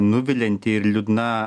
nuvilianti ir liūdna